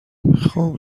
خوب